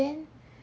then